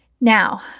Now